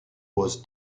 was